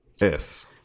Yes